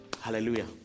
Hallelujah